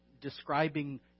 describing